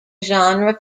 genre